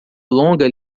longa